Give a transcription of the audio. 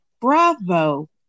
bravo